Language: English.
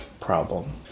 problem